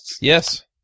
Yes